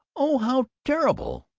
oh, how terrible!